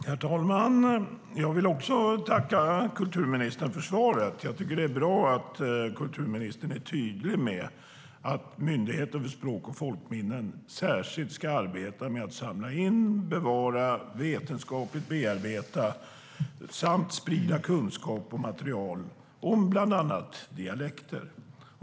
Herr talman! Också jag vill tacka kulturministern för svaret. Jag tycker att det är bra att kulturministern är tydlig med att Myndigheten för språk och folkminnen särskilt ska arbeta med att samla in, bevara och vetenskapligt bearbeta samt sprida kunskap om material om bland annat dialekter.